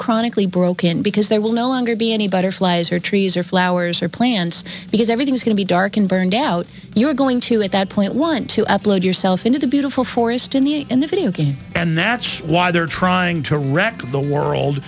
chronically broken because they will no longer be any butterflies or trees or flowers or plants because everything is going to be dark and burned out you're going to at that point want to upload yourself into the beautiful forest in the in the video game and that's why they're trying to wreck the world